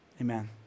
Amen